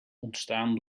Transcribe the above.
ontstaan